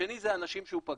והשני זה האנשים שהוא פגש.